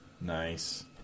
Nice